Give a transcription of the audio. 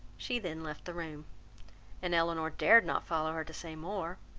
she then left the room and elinor dared not follow her to say more,